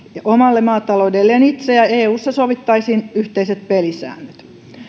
omalle maataloudelleen itse ja eussa sovittaisiin yhteiset pelisäännöt